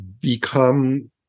become